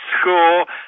school